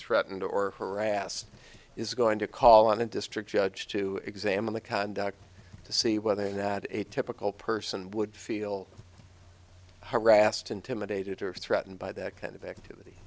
threatened or harassed is going to call on a district judge to examine the conduct to see whether that atypical person would feel harassed intimidated or threatened by that kind of activity